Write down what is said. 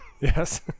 Yes